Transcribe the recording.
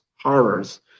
horrors